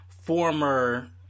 former